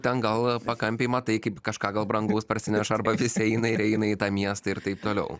ten gal pakampėj matai kaip kažką gal brangaus parsineša arba vis eina ir eina į tą miestą ir taip toliau